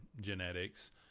genetics